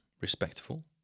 respectful